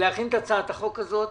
להביא את הצעת החוק הזאת.